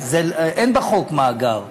אין בחוק מאגר,